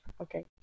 okay